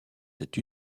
cette